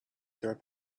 through